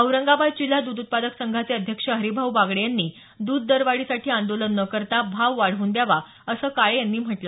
औरंगाबाद जिल्हा द्ध उत्पादक संघाचे अध्यक्ष हरिभाऊ बागडे यांनी दूध दरवाढीसाठी आंदोलन न करता भाव वाढवून द्यावा असं काळे यांनी म्हटलं